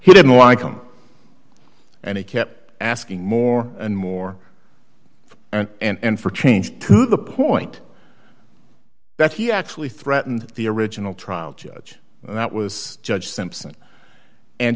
he didn't like them and he kept asking more and more and and for change to the point that he actually threatened the original trial judge that was judge simpson and